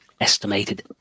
estimated